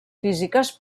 físiques